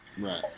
right